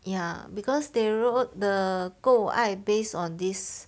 ya because they wrote the 够爱 based on this